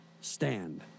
stand